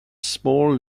small